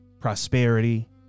prosperity